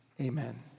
amen